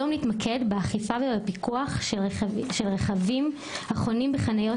היום נתמקד באכיפה ובפיקוח של רכבים החונים בחניית